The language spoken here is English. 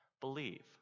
believe